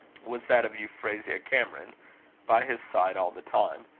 was that of euphrasia cameron by his side all the time.